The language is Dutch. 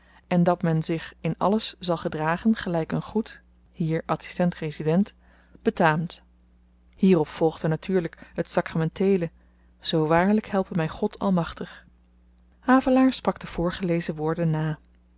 en dat men zich in alles zal gedragen gelijk een goed hier adsistent resident betaamt hierop volgde natuurlyk het sakramenteele zoo waarlijk helpe mij god almachtig havelaar sprak de voorgelezen woorden na